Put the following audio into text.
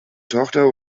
tochter